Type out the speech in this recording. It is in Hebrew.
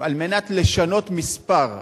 על מנת לשנות מספר,